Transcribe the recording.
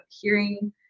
hearing